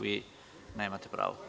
Vi nemate pravo.